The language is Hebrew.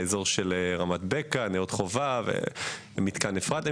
האזור של רמת בקע, נאות חובב, ומתקן אפרת.